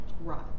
right